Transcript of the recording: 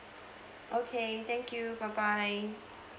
okay thank you bye bye